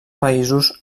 països